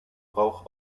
rauch